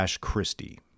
christie